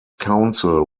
council